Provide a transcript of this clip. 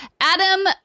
Adam